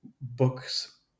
books